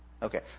okay